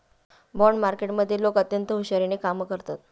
bond मार्केटमधले लोक अत्यंत हुशारीने कामं करतात